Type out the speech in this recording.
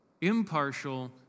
impartial